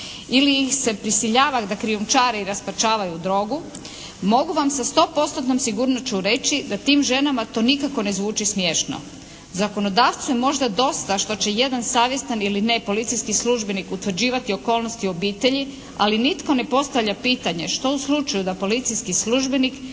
ili ih se prisiljava da krijumčare i raspačavaju drogu mogu vam sa stopostotnom sigurnošću reći da tim ženama to nikako ne zvuči smiješno. Zakonodavcu je možda dosta što će jedan savjestan ili ne policijski službenik utvrđivati okolnosti obitelji ali nitko ne postavlja pitanje što u slučaju da policijski službenik